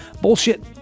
Bullshit